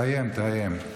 תאיים, תאיים.